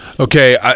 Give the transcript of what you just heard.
Okay